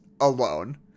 alone